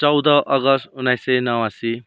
चौध अगस्ट उन्नाइस सय नवासी